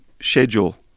schedule